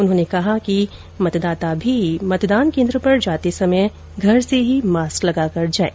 उन्होंने कहा कि मतदाता भी मतदान केन्द्र पर जाते समय घर से ही मास्क लगाकर जाएं